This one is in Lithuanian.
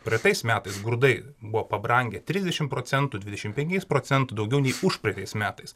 praeitais metais grūdai buvo pabrangę trisdešimt procentų dvidešimt penkiais procentų daugiau nei užpraeitais metais